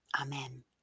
Amen